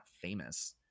famous